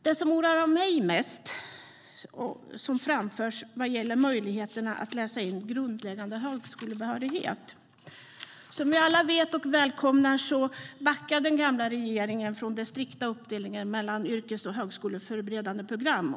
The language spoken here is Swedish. Det som oroar mig mest är det som framförs vad gäller möjligheterna att läsa in grundläggande högskolebehörighet. Som vi alla vet och välkomnar backade den gamla regeringen från den strikta uppdelningen mellan yrkesförberedande och högskoleförberedande program.